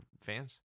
fans